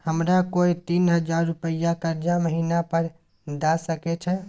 हमरा कोय तीन हजार रुपिया कर्जा महिना पर द सके छै?